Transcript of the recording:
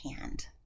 hand